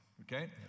okay